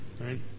Right